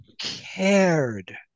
cared